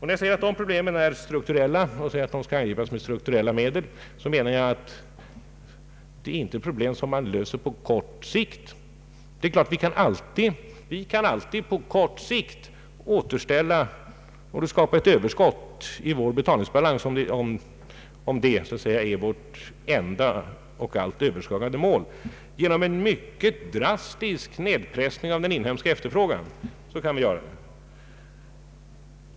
När jag säger att våra problem är strukturella och skall angripas med strukturella medel, menar jag att de inte är problem som man löser på kort sikt. Vi kan givetvis alltid på kort sikt återställa och skapa ett överskott i vår betalningsbalans — om det vore vårt enda och allt överskuggande mål — genom en mycket drastisk nedpressning av den inhemska efterfrågan.